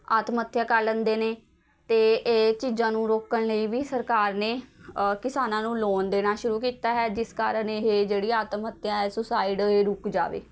ਆਤਮਹੱਤਿਆ ਕਰ ਲੈਂਦੇ ਨੇ ਅਤੇ ਇਹ ਚੀਜ਼ਾਂ ਨੂੰ ਰੋਕਣ ਲਈ ਵੀ ਸਰਕਾਰ ਨੇ ਕਿਸਾਨਾਂ ਨੂੰ ਲੋਨ ਦੇਣਾ ਸ਼ੁਰੂ ਕੀਤਾ ਹੈ ਜਿਸ ਕਾਰਨ ਇਹ ਜਿਹੜੀ ਆਤਮਹੱਤਿਆ ਸੁਸਾਈਡ ਇਹ ਰੁਕ ਜਾਵੇ